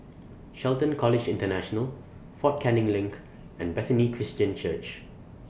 Shelton College International Fort Canning LINK and Bethany Christian Church